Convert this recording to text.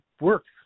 works